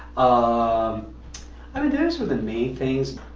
um i mean those were the main things.